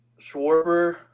Schwarber